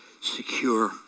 secure